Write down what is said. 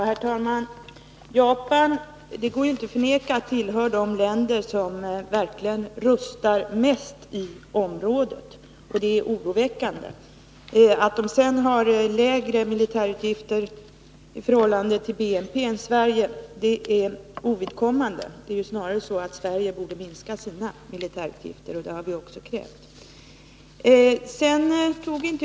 Herr talman! Det går inte att förneka att Japan tillhör de länder som verkligen rustar mest i området, och det är oroväckande. Att man sedan har lägre militärutgifter i förhållande till BNP än Sverige är ovidkommande; det är snarare så att Sverige borde minska sina militärutgifter, och det har vi också krävt.